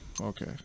okay